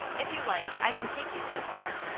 if you like, i can take you so far.